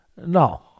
No